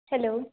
hello